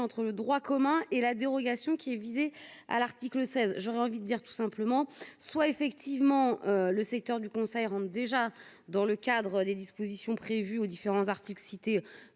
entre le droit commun et la dérogation qui est visée à l'article 16, j'aurais envie de dire tout simplement soit effectivement le sait. Lors du Conseil rentre déjà dans le cadre des dispositions prévues aux différents articles cités